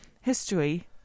history